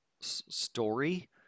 story